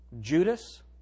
Judas